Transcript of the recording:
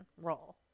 role